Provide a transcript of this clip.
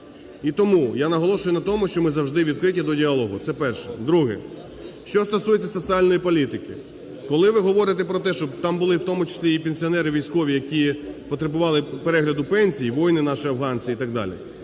І тому я наголошую на тому, що ми завжди відкриті до діалогу. Це перше. Друге. Що стосується соціальної політики. Коли ви говорите про те, щоб там були, в тому числі і пенсіонери військові, які потребували перегляду пенсій, воїни наші афганці і так далі.